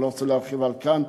אני לא רוצה להרחיב עליהן כאן,